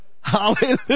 hallelujah